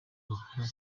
bakora